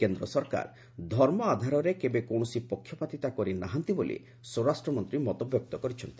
କେନ୍ଦ୍ର ସରକାର ଧର୍ମ ଆଧାରରେ କେବେ କୌଣସି ପକ୍ଷପାତିତା କରିନାହାନ୍ତି ବୋଲି ସ୍ୱରାଷ୍ଟ୍ର ମନ୍ତ୍ରୀ ମତବ୍ୟକ୍ତ କରିଛନ୍ତି